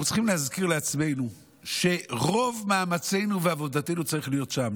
אנחנו צריכים להזכיר לעצמנו שרוב מאמצינו ועבודתנו צריכים להיות שם.